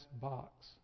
box